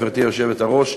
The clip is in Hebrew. גברתי היושבת-ראש,